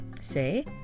say